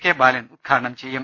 K Balan ഉദ്ഘാടനം ചെയ്യും